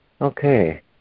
Okay